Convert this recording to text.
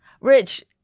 Rich